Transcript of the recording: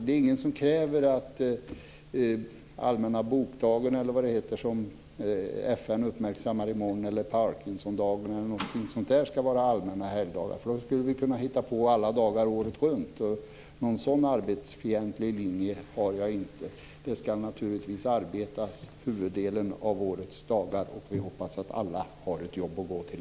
Det är ingen som kräver att Världsbokdagen, som FN uppmärksammar i morgon, Parkinsondagen eller liknande ska vara allmänna helgdagar. I så fall skulle vi kunna hitta på helgdagar alla dagar året runt. Någon sådan arbetsfientlig linje har jag inte. Det ska naturligtvis arbetas huvuddelen av årets dagar, och vi hoppas att alla också har ett jobb att gå till.